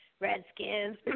Redskins